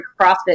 CrossFit